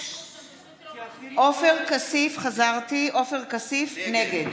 כולם עומדים בחוץ ופשוט,